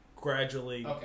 gradually